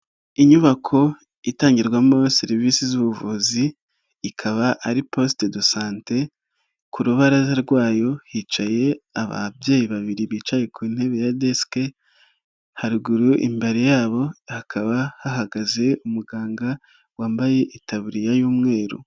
Inyubako itangirwamo serivisi z'ubuvuzi ikaba ari poste de sante, ku rubaraza rwayo hicaye ababyeyi babiri bicaye ku ntebe ya desk, haruguru imbere yabo hakaba hahagaze umuganga wambaye itaburiya y'umweru.